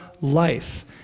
life